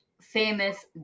famous